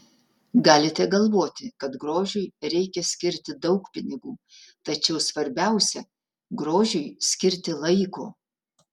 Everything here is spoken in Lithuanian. galite galvoti kad grožiui reikia skirti daug pinigų tačiau svarbiausia grožiui skirti laiko